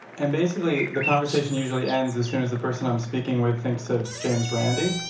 and basically, the conversation usually ends as soon as the person i'm speaking with thinks of james randi.